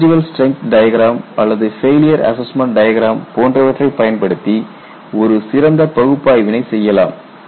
residual strength diagram அல்லது failure assessment diagram போன்றவற்றை பயன்படுத்தி ஒரு சிறந்த பகுப்பாய்வினை செய்யலாம்